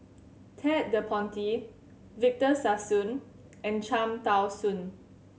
Ted De Ponti Victor Sassoon and Cham Tao Soon